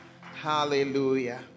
Hallelujah